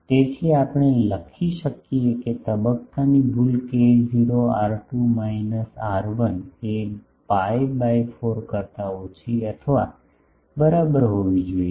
તેથી આપણે લખી શકીએ કે તબક્કાની ભૂલ k0 R2 માઇનસ R1 એ pi બાય 4 કરતા ઓછી અથવા બરાબર હોવી જોઈએ